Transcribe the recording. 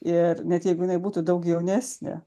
ir net jeigu jinai būtų daug jaunesnė